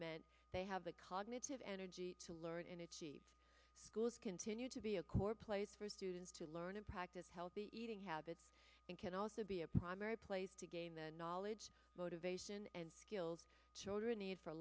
met they have the cognitive energy to learn in a cheap schools continue to be a core place for students to learn and practice healthy eating habits and can also be a primary place to gain the knowledge motivation and skills children need for